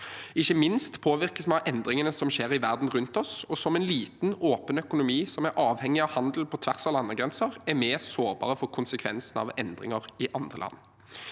Ikke minst påvirkes vi av endringene som skjer i verden rundt oss. Som en liten, åpen økonomi som er avhengig av handel på tvers av landegrenser, er vi sårbare for konsekvensene av endringer i andre land.